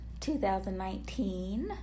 2019